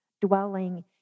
dwelling